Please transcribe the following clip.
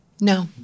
No